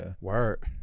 Word